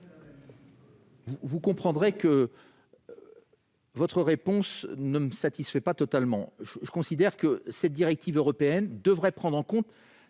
vous le comprendrez, votre réponse ne me satisfait pas totalement. À mon sens, la directive européenne devrait prendre en compte